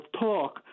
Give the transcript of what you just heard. talk